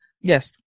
Yes